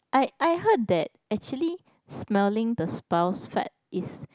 I I heard that actually smelling the spouse fart is